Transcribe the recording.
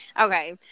okay